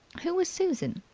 who was susan?